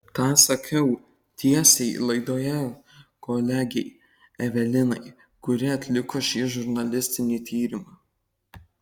tą sakiau tiesiai laidoje kolegei evelinai kuri atliko šį žurnalistinį tyrimą